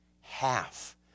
half